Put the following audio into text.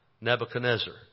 Nebuchadnezzar